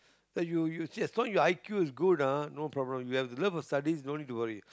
you you see as long your i_q is good ah no problem you have a love for studies no need to worry